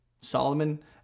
Solomon